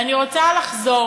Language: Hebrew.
ואני רוצה לחזור,